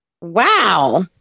Wow